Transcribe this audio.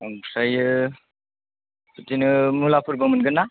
ओमफ्रायो बिदिनो मुलाफोरबो मोनगोन ना